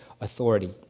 authority